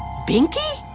binky?